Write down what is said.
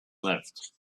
left